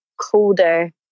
colder